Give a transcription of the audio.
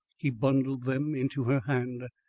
he bundled them into her hand.